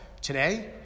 today